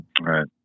Right